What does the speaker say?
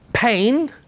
pain